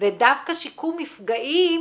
דווקא שיקום מפגעים,